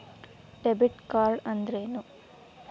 Debit card ಅಂದ್ರೇನು?